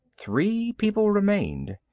three people remained,